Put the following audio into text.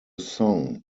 song